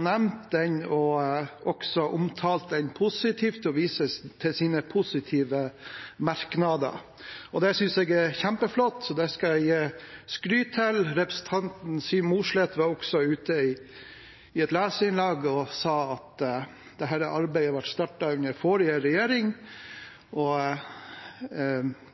nevnt den og også omtalt den positivt, og viser til sine positive merknader. Det synes jeg er kjempeflott, og det skal jeg gi skryt for. Representanten Siv Mossleth var også ute i et leserinnlegg og sa at dette arbeidet ble startet under forrige regjering.